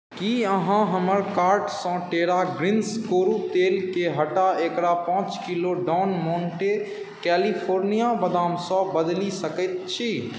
की अहाँ हमर कार्ट सँ टेरा ग्रीन्स कोरू तेलकेँ हटा एकरा पाँच किलो डॉन मोंटे कैलिफोर्निया बदामसँ बदलि सकैत छी